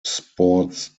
sports